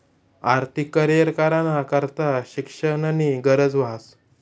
आर्थिक करीयर कराना करता शिक्षणनी गरज ह्रास